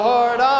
Lord